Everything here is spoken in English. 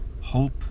hope